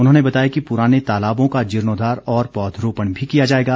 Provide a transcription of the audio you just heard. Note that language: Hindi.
उन्होंने बताया कि पुराने तालाबों का जीर्णोद्धार और पौधरोपण भी किया जाएगा